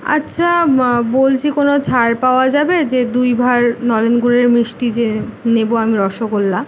আচ্ছা বলছি কোনো ছাড় পাওয়া যাবে যে দুই ভাঁড় নলেনগুড়ের মিষ্টি যে নেব আমি রসগোল্লা